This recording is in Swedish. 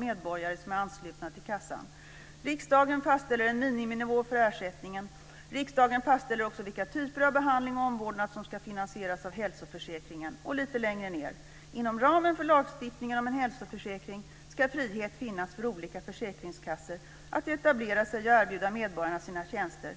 medborgare som är anslutna till kassan. Riksdagen fastställer en miniminivå för ersättningen. Riksdagen fastställer också vilka typer av behandling och omvårdnad som skall finansieras av hälsoförsäkringen." Lite längre ned står det: "Inom ramen för lagstiftningen om en hälsoförsäkring skall frihet finnas för olika försäkringskassor att etablera sig och erbjuda medborgarna sina tjänster.